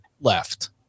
left